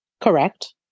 Correct